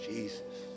Jesus